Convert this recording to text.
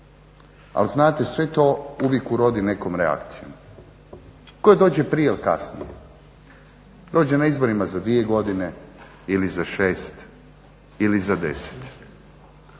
ali znate sve to uvijek urodi nekom reakcijom, to dođe prije ili kasnije. Prođe na izborima za dvije godine ili za šest ili za deset,